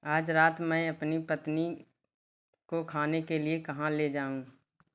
आज रात मैं अपनी पत्नी को खाने के लिए कहाँ ले जाऊँ